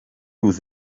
aux